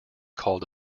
called